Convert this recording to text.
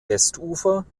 westufer